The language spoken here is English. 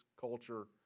culture